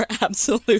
absolute